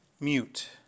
mute